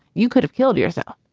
you could have killed yourself,